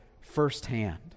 firsthand